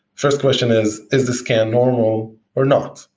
first question is is the scan normal or not?